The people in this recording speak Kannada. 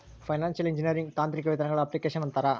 ಫೈನಾನ್ಶಿಯಲ್ ಇಂಜಿನಿಯರಿಂಗ್ ತಾಂತ್ರಿಕ ವಿಧಾನಗಳ ಅಪ್ಲಿಕೇಶನ್ ಅಂತಾರ